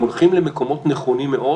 הם הולכים למקומות נכונים מאוד.